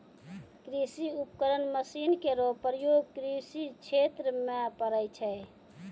कृषि उपकरण मसीन केरो प्रयोग कृषि क्षेत्र म पड़ै छै